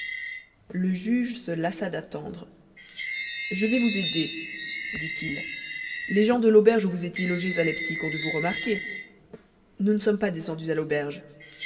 le juge se lassa d'attendre je vais vous aider dit-il les gens de l'auberge où vous étiez logés à leipzig ont dû vous remarquer nous ne sommes pas descendus à l'auberge